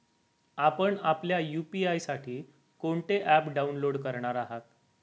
आपण आपल्या यू.पी.आय साठी कोणते ॲप डाउनलोड करणार आहात?